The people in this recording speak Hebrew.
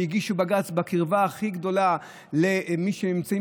שהגישו בג"ץ בקרבה הכי גדולה למי שנמצאים